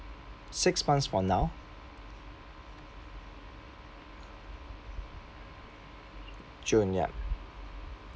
six months from now june ya